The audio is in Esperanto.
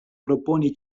proponi